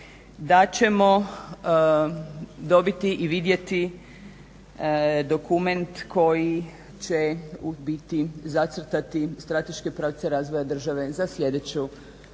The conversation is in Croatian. da ćemo dobiti i vidjeti dokument koji će u biti zacrtati strateške pravce razvoja države za sljedeću